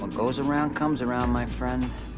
ah goes around, comes around, my friend.